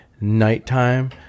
nighttime